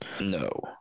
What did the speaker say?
No